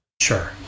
Sure